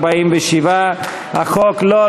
47. לא,